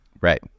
Right